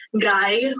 guy